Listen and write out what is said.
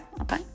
okay